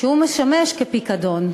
המשמש כפיקדון.